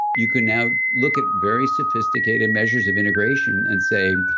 you can now look at very sophisticated measures of integration and say,